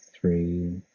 Three